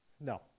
No